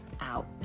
out